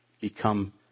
become